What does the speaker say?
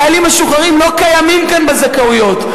חיילים משוחררים לא קיימים כאן בזכאויות,